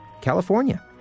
California